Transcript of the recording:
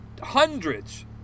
hundreds